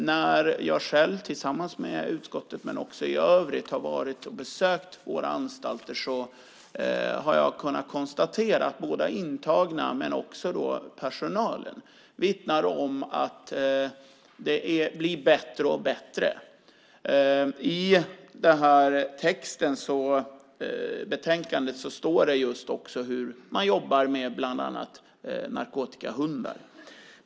När jag själv, tillsammans med utskottet men också i övrigt, har besökt våra anstalter har jag kunnat konstatera att både intagna och personalen vittnar om att det blir bättre och bättre. I det här betänkandet står det just också om hur man jobbar med bland annat narkotikahundar.